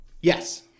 Yes